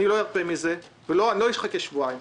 אני לא ארפה מזה ולא אחכה שבועיים.